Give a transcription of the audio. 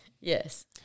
Yes